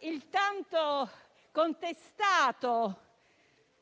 il tanto contestato